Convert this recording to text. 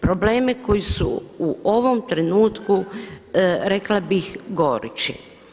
Probleme koji su u ovom trenutku rekla bih gorući.